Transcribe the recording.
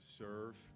serve